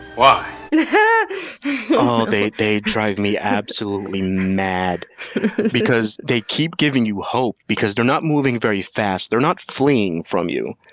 but and and they they drive me absolutely mad because they keep giving you hope because they're not moving very fast they're not fleeing from you,